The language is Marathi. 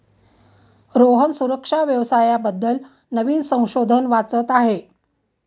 रोहन सुरक्षा व्यवसाया बद्दल नवीन संशोधन वाचत आहे